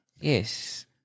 Yes